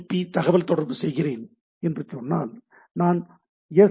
B தகவல்தொடர்பு செய்கிறேன் என்று சொன்னால் நான் ஒரு எஸ்